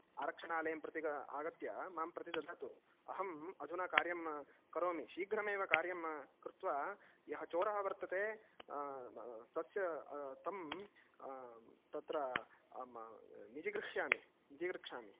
आरक्षणालयं प्रति आगत्य मां प्रति ददातु अहम् अधुना कार्यं करोमि शीघ्रमेव कार्यं कृत्वा यः चोरः वर्तते तस्य तम् तत्र निजिघृक्षामि जिघृक्षामि